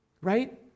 right